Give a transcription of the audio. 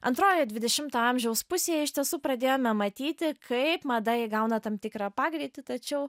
antrojoje dvidešimto amžiaus pusėje iš tiesų pradėjome matyti kaip mada įgauna tam tikrą pagreitį tačiau